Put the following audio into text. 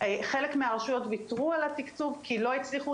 חלק מהרשויות ויתרו על התקצוב כי לא הצליחו,